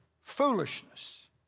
foolishness